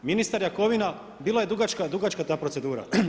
Ministar Jakovina bila je dugačka ta procedura.